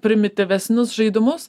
primityvesnius žaidimus